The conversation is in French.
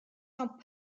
sont